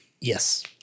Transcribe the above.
Yes